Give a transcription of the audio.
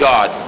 God